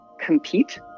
compete